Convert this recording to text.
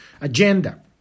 agenda